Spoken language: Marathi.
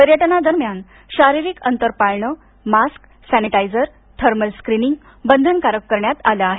पर्यटना दरम्यान शढारिरिक अंतर पाळणे मास्क सॅनेटाईझर थर्मल स्क्रिनिंग बंधनकारक करण्यात आलं आहे